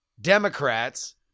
Democrats